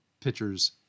pitchers